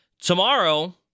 tomorrow